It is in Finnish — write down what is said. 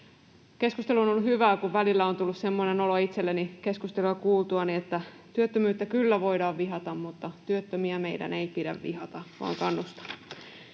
Keskustelu on ollut hyvää, kun välillä on tullut semmoinen olo itselleni keskustelua kuultuani, että työttömyyttä kyllä voidaan vihata mutta työttömiä meidän ei pidä vihata vaan kannustaa.